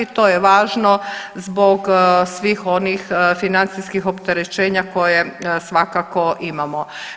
To je važno zbog svih onih financijskih opterećenja koja svakako imamo.